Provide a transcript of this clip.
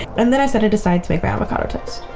and then i set it aside to make my avocado toast.